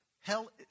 Hell